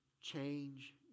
change